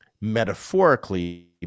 metaphorically